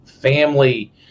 family